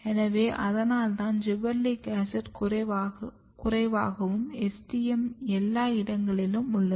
எனவே அதனால்தான் gibberellic acid குறைவாகவும் STM எல்லா இடங்களிலும் உள்ளது